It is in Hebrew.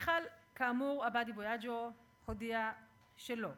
מיכל עבאדי-בויאנג'ו הודיעה שלא.